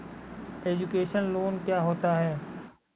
Education loan क्या होता है?